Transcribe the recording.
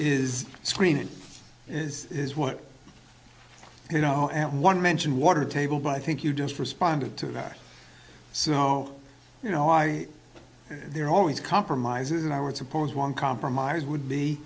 is screen is is what you know and one mention water table but i think you just responded to that so you know i there always compromises and i would suppose one compromise would be